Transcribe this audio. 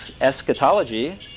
eschatology